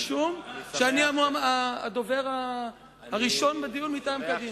משום שאני הדובר הראשון בדיון מטעם קדימה.